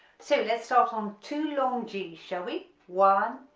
so let's start on two long g shall we one,